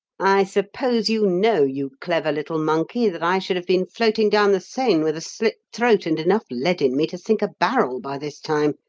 i suppose you know, you clever little monkey, that i should have been floating down the seine with a slit throat and enough lead in me to sink a barrel by this time,